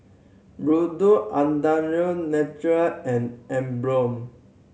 Natural and Emborg